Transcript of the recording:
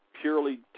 purely